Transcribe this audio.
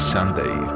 Sunday